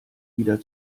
wieder